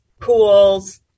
pools